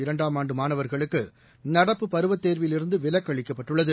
இரண்டாம் ஆண்டுமாணவர்களுக்குநடப்பு பருவத் தேர்விலிருந்துவிலக்களிக்கப்பட்டுள்ளது